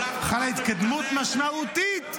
חלה התקדמות משמעותית,